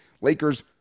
Lakers